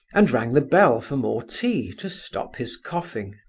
and rang the bell for more tea to stop his coughing.